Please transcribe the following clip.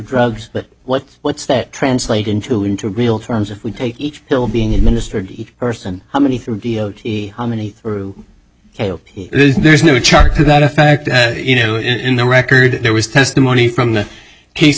drugs but what's what's that translate into into real terms if we take each pill being administered each person how many through how many through there's no charge to that effect you know in the record there was testimony from the case